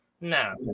No